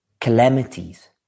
calamities